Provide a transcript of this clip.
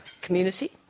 community